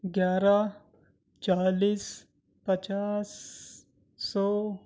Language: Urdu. گیارہ چالیس پچاس سو